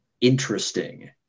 interesting